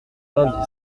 vingt